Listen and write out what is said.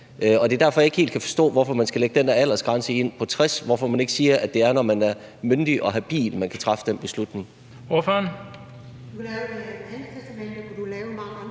Og det er derfor, jeg ikke helt kan forstå, hvorfor man skal lægge den der aldersgrænse på 60 år ind. Hvorfor siger man ikke, at det er, når man er myndig og habil, at man kan træffe den beslutning?